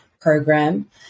program